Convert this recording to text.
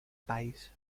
país